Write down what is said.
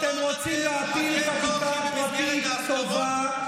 אתם רוצים להפיל חקיקה פרטית טובה,